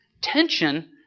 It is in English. tension